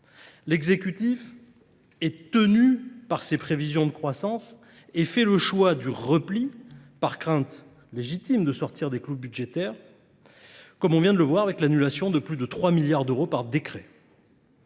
L'exécutif est tenu par ses prévisions de croissance et fait le choix du repli, par crainte légitime de sortir des clous budgétaires, comme on vient de le voir avec l'annulation de plus de 3 milliards d'euros par décret.